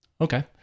Okay